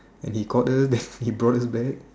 and he caught us he brought us back